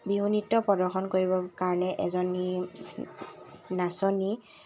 বিহু নৃত্য প্ৰদৰ্শন কৰিবৰ কাৰণে এজনী নাচনী